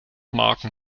maken